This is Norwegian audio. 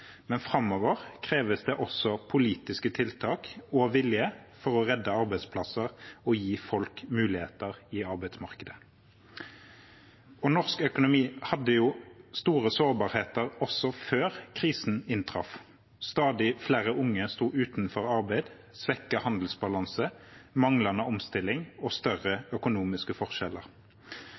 men framover kreves det også politiske tiltak og vilje for å redde arbeidsplasser og gi folk muligheter i arbeidsmarkedet. Norsk økonomi hadde store sårbarheter også før krisen inntraff – stadig flere unge sto utenfor arbeidslivet, svekket handelsbalanse, manglende omstilling og større økonomiske forskjeller.